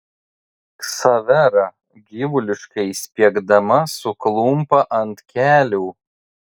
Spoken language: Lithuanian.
ksavera gyvuliškai spiegdama suklumpa ant kelių